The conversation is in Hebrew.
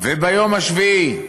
וביום השביעי שבת,